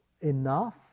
enough